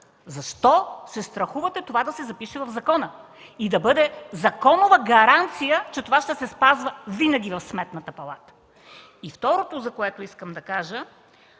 защо се страхувате това да се запише в закона и да бъде законова гаранция, че това ще се спазва винаги в Сметната палата? И второто, за което искам да кажа